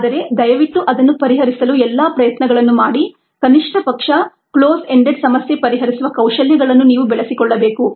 ಆದರೆ ದಯವಿಟ್ಟು ಅದನ್ನು ಪರಿಹರಿಸಲು ಎಲ್ಲಾ ಪ್ರಯತ್ನಗಳನ್ನು ಮಾಡಿ ಕನಿಷ್ಟಪಕ್ಷ ಕ್ಲೋಸ್ ಎಂಡೆಡ್ ಸಮಸ್ಯೆ ಪರಿಹರಿಸುವ ಕೌಶಲ್ಯಗಳನ್ನು ನೀವು ಬೆಳೆಸಿಕೊಳ್ಳಬೇಕು